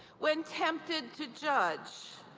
when tempted to judge,